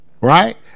right